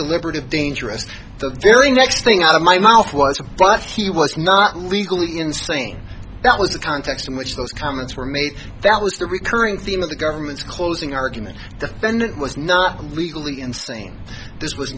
to liberate a dangerous the very next thing out of my mouth was but he was not legally insane that was the context in which those comments were made that was the recurring theme of the government's closing argument defendant was not legally insane this was